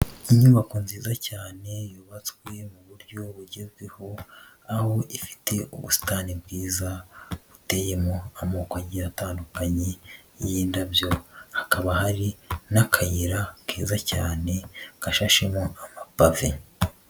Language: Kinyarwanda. Inyubako nziza cyane yubatswe mu buryo bugezweho aho ifite ubusitani bwiza buteyemo amoko agiye atandukanye y'indabyo, hakaba hari n'akayira keza cyane gashashemo amapave.